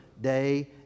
day